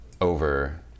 over